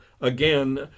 Again